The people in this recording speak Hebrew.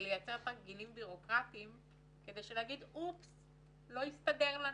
לייצר תרגילים בירוקרטיים כדי לטעון שלא הסתדר.